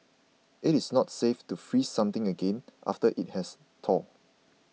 it is not safe to freeze something again after it has thawed